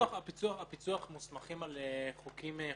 הפיצו"ח מוסמכים על חוקים נוספים,